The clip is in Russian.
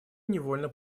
невольно